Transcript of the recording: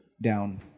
down